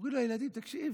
אומרים הילדים: תקשיב,